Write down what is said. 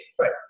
right